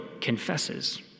confesses